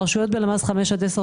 רשויות בלמ"ס 5 עד 10,